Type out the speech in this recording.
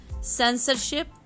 censorship